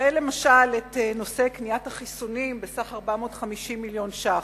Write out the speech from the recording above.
ראה למשל את נושא קניית החיסונים בסך 450 מיליון שקל.